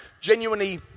genuinely